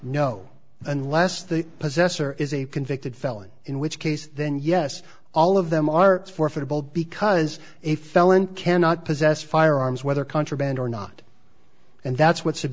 no unless the possessor is a convicted felon in which case then yes all of them are for football because a felon cannot possess firearms whether contraband or not and that's what